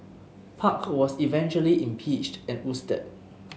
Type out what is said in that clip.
park was eventually impeached and ousted